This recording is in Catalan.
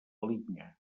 linya